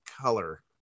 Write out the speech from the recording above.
color